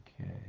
Okay